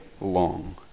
long